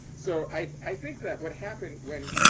so i think that what happened when,